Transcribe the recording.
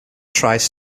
tries